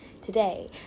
today